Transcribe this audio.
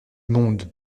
monde